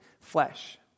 flesh